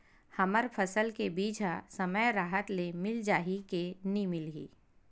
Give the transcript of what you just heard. हमर फसल के बीज ह समय राहत ले मिल जाही के नी मिलही?